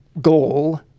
goal